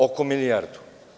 Oko milijardu.